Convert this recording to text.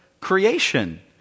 creation